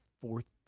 fourth